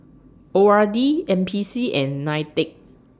O R D N P C and NITEC